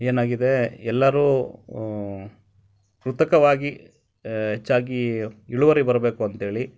ಏನಾಗಿದೆ ಎಲ್ಲರೂ ಕೃತಕವಾಗಿ ಹೆಚ್ಚಾಗಿ ಇಳುವರಿ ಬರಬೇಕು ಅಂತೇಳಿ